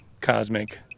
cosmic